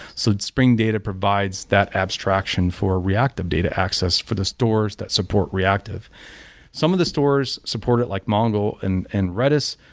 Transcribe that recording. so spring data provides that abstraction for reactive data access for the stores that support reactive some of the stores support it like mongo and and redis.